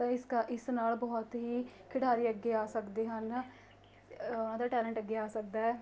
ਤਾਂ ਇਸ ਕਾ ਇਸ ਨਾਲ ਬਹੁਤ ਹੀ ਖਿਡਾਰੀ ਅੱਗੇ ਆ ਸਕਦੇ ਹਨ ਉਹਨਾਂ ਦਾ ਟੈਲੈਂਟ ਅੱਗੇ ਆ ਸਕਦਾ ਹੈ